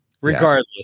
Regardless